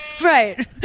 Right